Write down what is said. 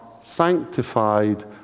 sanctified